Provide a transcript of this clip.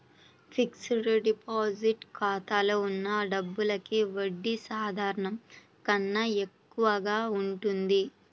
fixed deposit ఖాతాలో ఉన్న డబ్బులకి వడ్డీ సాధారణం కన్నా ఎక్కువగా ఉంటుంది